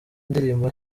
indirimbo